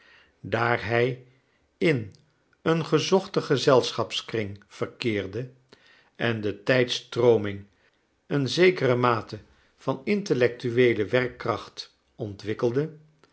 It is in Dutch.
daar hij in een gezochten gezelschapskring verkeerde en de tijdstrooming een zekere mate van intellectueele werkkracht ontwikkelde